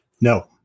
no